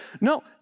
No